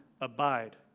abide